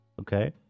Okay